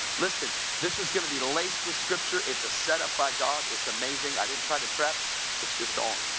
listen this is going to be laced with scripture it's a setup by god, it's amazing. i didn't try to prepare it's just on.